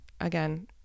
again